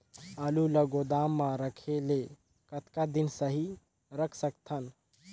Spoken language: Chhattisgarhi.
आलू ल गोदाम म रखे ले कतका दिन सही रख सकथन?